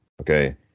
okay